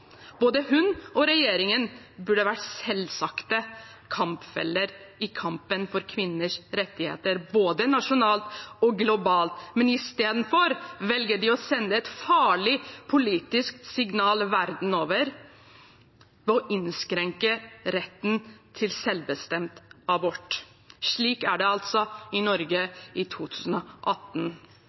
Både hun og regjeringen burde vært selvsagte kampfeller i kampen for kvinners rettigheter, både nasjonalt og globalt. Men istedenfor velger de å sende et farlig politisk signal verden over om å innskrenke retten til selvbestemt abort. Slik er det altså i Norge i 2018,